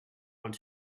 want